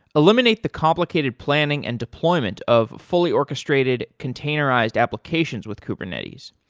eliminate the complicated planning and deployment of fully orchestrated containerized applications with kubernetes.